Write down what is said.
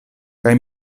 kaj